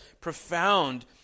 profound